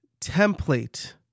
template